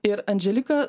ir andželika